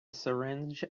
syringe